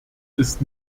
ist